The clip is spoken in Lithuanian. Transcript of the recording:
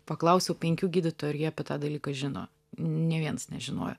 paklausiau penkių gydytojų ar jie apie tą dalyką žino nė vienas nežinojo